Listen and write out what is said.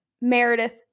meredith